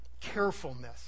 carefulness